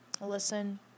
listen